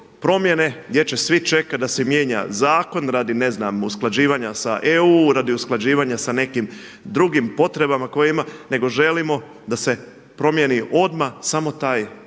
promjene gdje će svi čekati da se mijenja zakon radi ne znam usklađivanja sa EU, radi usklađivanja sa nekim drugim potrebama koje ima nego želimo da se promijeni odmah samo taj dio.